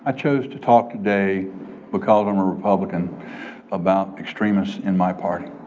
ah chose to talk today because i'm a republican about extremists in my party.